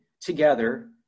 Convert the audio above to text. together